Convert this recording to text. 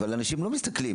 אבל אנשים לא מסתכלים,